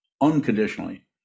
unconditionally